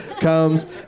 comes